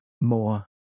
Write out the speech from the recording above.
more